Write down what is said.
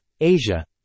asia